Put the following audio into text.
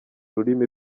rurimi